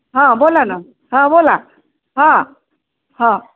हां बोला ना हां बोला हां हां